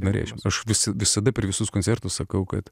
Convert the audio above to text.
norėčiau aš visa visada per visus koncertus sakau kad